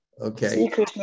okay